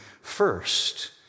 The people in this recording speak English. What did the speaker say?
first